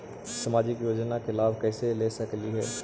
सामाजिक योजना के लाभ कैसे ले सकली हे?